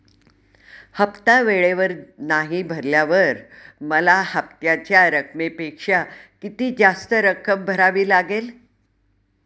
हफ्ता वेळेवर नाही भरल्यावर मला हप्त्याच्या रकमेपेक्षा किती जास्त रक्कम भरावी लागेल?